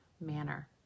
manner